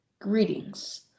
Greetings